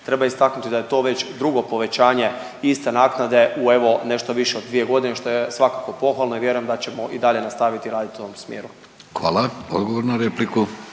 Treba istaknuti da je to već drugo povećanje iste naknade u evo nešto više od 2 godine što je svakako pohvalno i vjerujem da ćemo i dalje nastaviti raditi u ovom smjeru. **Vidović, Davorko